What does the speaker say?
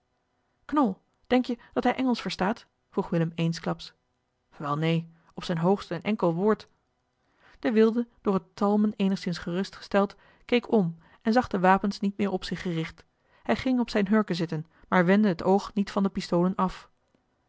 knol denk je dat hij engelsch verstaat vroeg willem eensklaps wel neen op zijn hoogst een enkel woord de wilde door het talmen eenigszins gerustgesteld keek om en zag de wapens niet meer op zich gericht hij ging op zijne hurken zitten maar wendde het oog niet van de pistolen af